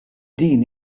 din